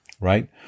right